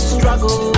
Struggle